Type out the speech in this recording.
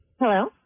Hello